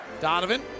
Donovan